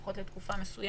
לפחות לתקופה מסוימת,